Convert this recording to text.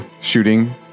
shooting